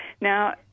Now